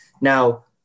Now